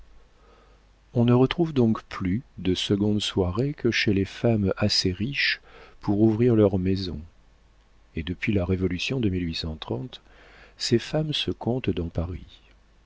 on ne retrouve donc plus de seconde soirée que chez les femmes assez riches pour ouvrir leur maison et depuis la révolution de ces femmes se comptent dans paris